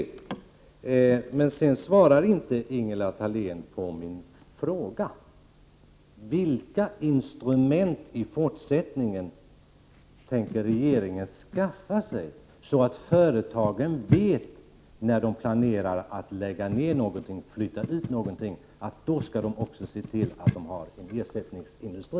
Ingela Thalén svarade inte på min fråga: Vilka instrument tänker regeringen i fortsättningen skaffa sig för att se till att företagen vet att när de planerar att lägga ned eller flytta ut någonting skall de också se till att det finns en ersättningsindustri?